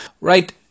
Right